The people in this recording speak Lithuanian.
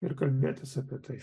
ir kalbėtis apie tai